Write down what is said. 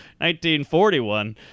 1941